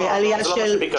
זה לא מספיק.